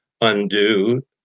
undo